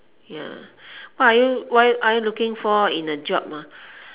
ya what are you what are you looking for in a job ah